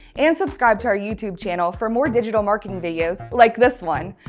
and subscribe to our youtube channel for more digital marketing videos like this one!